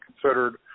considered